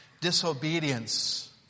Disobedience